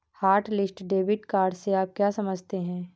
Hotlist debit card से आप क्या समझते हैं?